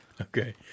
Okay